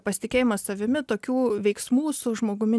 pasitikėjimas savimi tokių veiksmų su žmogumi